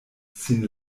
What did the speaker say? sin